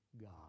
God